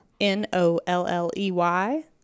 N-O-L-L-E-Y